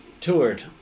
toured